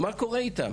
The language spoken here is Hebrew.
מה קורה איתם?